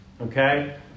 okay